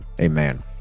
amen